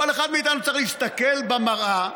כל אחד מאיתנו צריך להסתכל במראה,